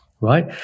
right